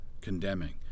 condemning